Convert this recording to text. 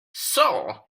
seoul